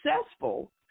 successful